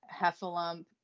Heffalump